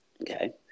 okay